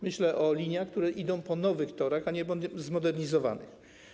Myślę o liniach, które idą po nowych torach, a nie zmodernizowanych.